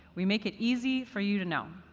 we make it easy for you to know.